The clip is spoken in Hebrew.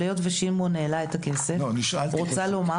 אבל היות ושמעון העלה את הכסף, רוצה לומר